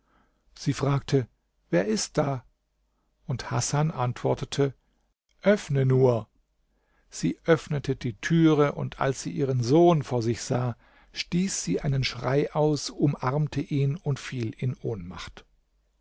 sie fragte wer ist da und hasan antwortete öffne nur sie öffnete die thüre und als sie ihren sohn vor sich sah stieß sie einen schrei aus umarmte ihn und fiel in ohnmacht